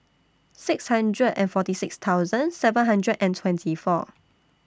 six hundred and forty six thousand seven hundred and twenty four